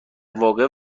واقع